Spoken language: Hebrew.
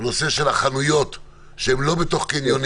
יש את הנושא של החנויות שהן לא בתוך קניונים.